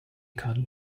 cut